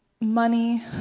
money